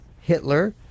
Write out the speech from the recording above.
Hitler